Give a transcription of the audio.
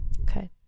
Okay